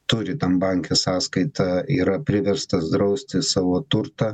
turi tam banke sąskaitą yra priverstas drausti savo turtą